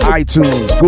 iTunes